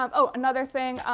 um oh, another thing.